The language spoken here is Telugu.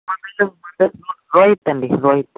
రోహిత్ అండి రోహిత్